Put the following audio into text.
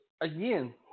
again